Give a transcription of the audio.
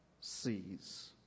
sees